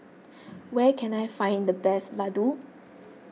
where can I find the best Laddu